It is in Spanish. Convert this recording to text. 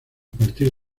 partir